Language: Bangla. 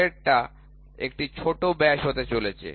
পরেরটা একটি ছোট ব্যাস হতে চলেছে